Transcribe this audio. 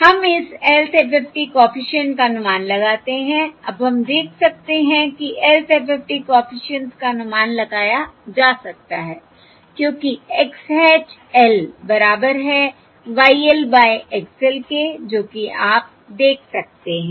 हम इस lth FFT coefficient का अनुमान लगाते हैं अब हम देख सकते हैं कि lth FFT कॉफिशिएंट्स का अनुमान लगाया जा सकता है क्योंकि X hat l बराबर है Y l by X l के जो कि आप देख सकते हैं